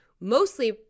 mostly